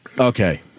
Okay